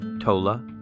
Tola